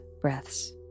breaths